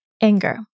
Anger